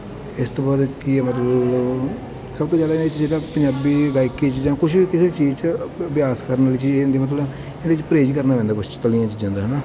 ਇਸ ਤੋਂ ਬਾਅਦ ਕੀ ਆ ਮਤਲਬ ਸਭ ਤੋਂ ਜ਼ਿਆਦਾ ਇਹਨਾਂ ਚੀਜ਼ਾਂ ਪੰਜਾਬੀ ਗਾਇਕੀ 'ਚ ਜਾਂ ਕੁਝ ਵੀ ਕਿਸੇ ਚੀਜ਼ 'ਚ ਅਭਿਆਸ ਕਰਨ ਵਾਲੀ ਚੀਜ਼ ਹੁੰਦੀ ਮਤਲਬ ਇਹਦੇ 'ਚ ਪ੍ਰਹੇਜ ਕਰਨਾ ਪੈਂਦਾ ਕੁਛ ਤਲੀਆਂ ਚੀਜ਼ਾਂ ਦਾ ਹੈ ਨਾ